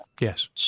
Yes